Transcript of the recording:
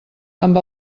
amb